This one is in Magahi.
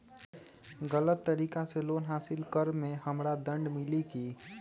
गलत तरीका से लोन हासिल कर्म मे हमरा दंड मिली कि?